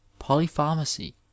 polypharmacy